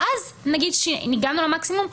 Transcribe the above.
ואז נגיד שהגענו למקסימום,